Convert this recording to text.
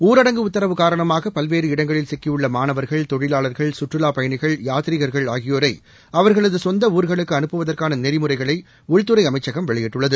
ஊரடங்கு உத்தரவு காரணமாக பல்வேறு இடங்களில் சிக்கியுள்ள மாணவர்கள் தொழிலாளர்கள் கற்றுலா பயணிகள் யாத்ரிகர்கள் ஆகியோரை அவர்களது சொந்த ஊர்களுக்கு அனுப்புவதற்காள நெறிமுறைகளை உள்துறை அமைச்சகம் வெளியிட்டுள்ளது